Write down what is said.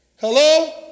Hello